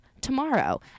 tomorrow